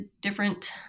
different